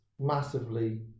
massively